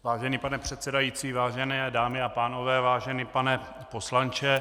Vážený pane předsedající, vážené dámy a pánové, vážený pane poslanče.